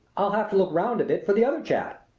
i'll have to look round a bit for the other chap.